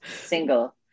single